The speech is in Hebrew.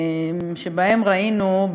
שבהם ראינו,